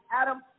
Adam